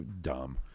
dumb